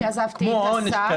כמו עונש.